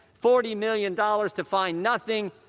forty million dollars to find nothing.